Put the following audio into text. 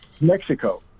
Mexico